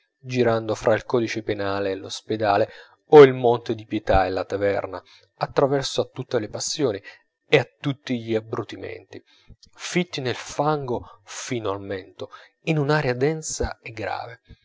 girando fra il codice penale e l'ospedale o il monte di pietà e la taverna a traverso a tutte le passioni e a tutti gli abbrutimenti fitti nel fango fino al mento in un'aria densa e grave